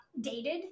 dated